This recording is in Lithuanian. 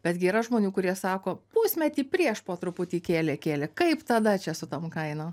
bet gi yra žmonių kurie sako pusmetį prieš po truputį kėlė kėlė kaip tada čia su tom kainom